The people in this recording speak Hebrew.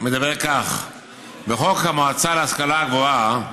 בחוק המועצה להשכלה גבוהה,